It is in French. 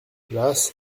place